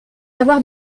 avoir